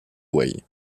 wei